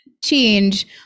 change